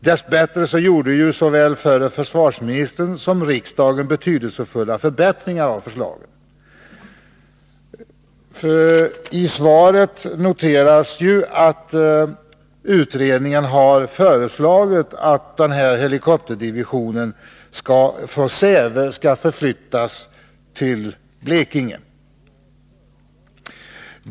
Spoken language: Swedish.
Dess bättre gjorde såväl förre försvarsministern som riksdagen betydelsefulla förbättringar av förslaget. I svaret noteras att utredningen har föreslagit att helikopterdivisionen skall flyttas från Säve till Blekinge.